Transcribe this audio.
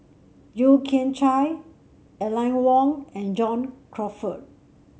Yeo Kian Chye Aline Wong and John Crawfurd